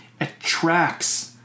attracts